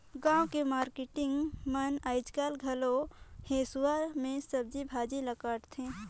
गाँव के मारकेटिंग मन आयज घलो हेसुवा में सब्जी भाजी ल काटथे